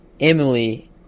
Emily